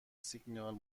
سیگنال